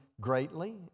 Greatly